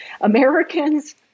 Americans